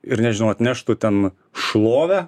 ir nežinau atneštų ten šlovę